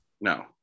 No